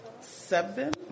Seven